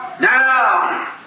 Now